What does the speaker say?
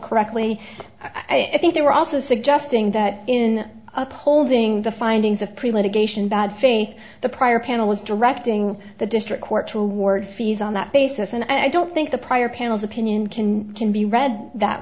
correctly i think they were also suggesting that in upholding the findings of premeditation bad faith the prior panel was directing the district court to award fees on that basis and i don't think the prior panel's opinion can can be read that